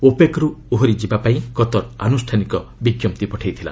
ଓପେକ୍ରୁ ଓହରିଯିବାପାଇଁ କତର୍ ଆନୁଷ୍ଠାନିକ ବିଜ୍ଞପ୍ତି ପଠାଇଥିଲା